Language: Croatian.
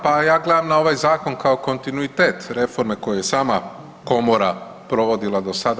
Pa ja gledam na ovaj zakon kao kontinuitet reforme koje je sama Komora provodila do sada.